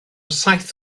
saith